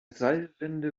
seilwinde